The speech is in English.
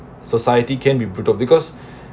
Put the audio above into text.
society can be put off because